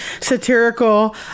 satirical